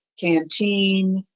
canteen